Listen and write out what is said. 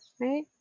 right